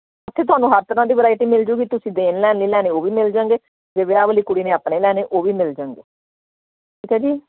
ਇੱਥੇ ਤੁਹਾਨੂੰ ਹਰ ਤਰ੍ਹਾਂ ਦੀ ਵਰਾਇਟੀ ਮਿਲ ਜਾਊਗੀ ਤੁਸੀਂ ਦੇਣ ਲੈਣ ਲਈ ਲੈਣੇ ਉਹ ਵੀ ਮਿਲ ਜਾਣਗੇ ਜੇ ਵਿਆਹ ਵਾਲੀ ਕੁੜੀ ਨੇ ਆਪਣੇ ਲੈਣੇ ਉਹ ਵੀ ਮਿਲ ਜਾਣਗੇ ਠੀਕ ਹੈ ਜੀ